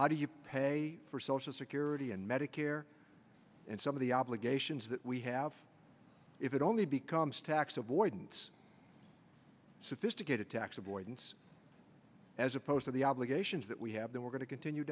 how do you pay for social security and medicare and some of the obligations that we have if it only becomes tax avoidance sophisticated tax avoidance as opposed to the obligations that we have that we're going to continue